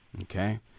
Okay